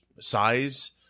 size